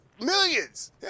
millions